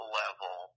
level